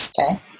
Okay